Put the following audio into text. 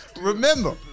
Remember